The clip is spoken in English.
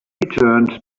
turned